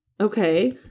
Okay